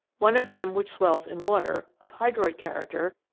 one of them which swells in water, of hydroid character,